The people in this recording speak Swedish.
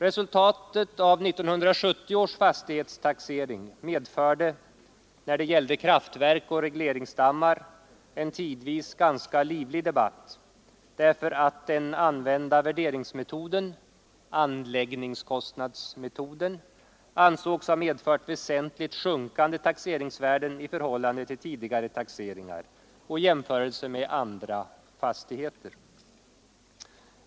Resultatet av 1970 års fastighetstaxering medförde när det gällde kraftverk och regleringsdammar en tidvis ganska livlig debatt därför att den använda värderingsmetoden — anläggningskostnadsmetoden — ansågs ha medfört väsentligt sjunkande taxeringsvärden i förhållande till tidigare taxeringar och i jämförelse med andra fastigheter.